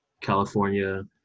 california